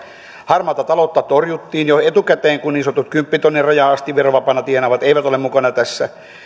harmaata taloutta torjuttiin jo etukäteen kun niin sanottuun kymppitonnin rajaan asti verovapaana tienaavat eivät ole mukana tässä